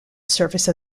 surface